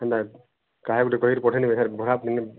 ହେଲା କାହାକୁ ଗୋଟେ କହିକିରି ପଠେଇ ନେବେ ଭଡ଼ା ମାନେ